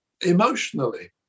emotionally